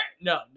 no